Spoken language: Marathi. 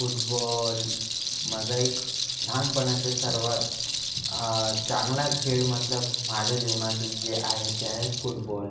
फूटबॉल माझा एक लहानपणाचं सर्वात चांगला खेळ म्हटलं माझ्या जीवनातील जे आहे ते आहे फूटबॉल